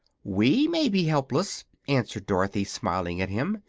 we may be helpless, answered dorothy, smiling at him,